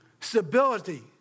stability